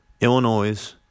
Illinois